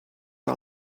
par